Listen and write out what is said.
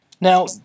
Now